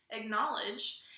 acknowledge